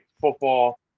football